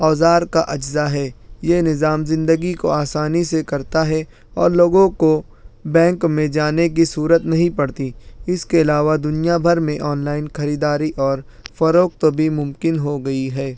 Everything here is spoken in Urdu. اوزار کا اجزا ہے یہ نظام زندگی کو آسانی سے کرتا ہے اور لوگوں کو بینک میں جانے کی صورت نہیں پڑتی اس کے علاوہ دنیا بھر میں آن لائن خریداری اور فروخت بھی ممکن ہو گئی ہے